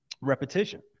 repetition